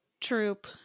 troop